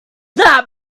what